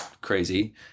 crazy